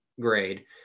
grade